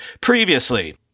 previously